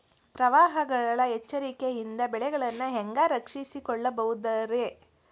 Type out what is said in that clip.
ಪ್ರವಾಹಗಳ ಎಚ್ಚರಿಕೆಯಿಂದ ಬೆಳೆಗಳನ್ನ ಹ್ಯಾಂಗ ರಕ್ಷಿಸಿಕೊಳ್ಳಬಹುದುರೇ?